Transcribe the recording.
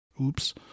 Oops